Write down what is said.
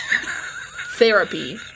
Therapy